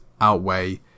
outweigh